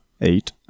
eight